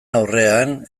aurrean